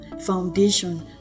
foundation